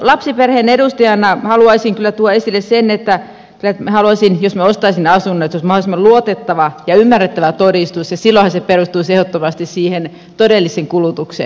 lapsiperheen edustajana haluaisin kyllä tuoda esille sen että kyllä minä haluaisin jos minä ostaisin asunnon että se todistus olisi mahdollisimman luotettava ja ymmärrettävä ja silloinhan se perustuisi ehdottomasti siihen todelliseen kulutukseen